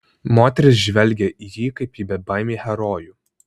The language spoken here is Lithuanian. moterys žvelgė į jį kaip į bebaimį herojų